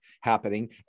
happening